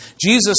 Jesus